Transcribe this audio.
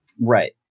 Right